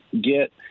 get